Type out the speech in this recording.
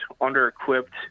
under-equipped